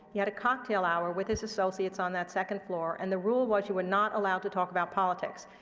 he had a cocktail hour with his associates on that second floor, and the rule was you were not allowed to talk about politics.